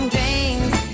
Dreams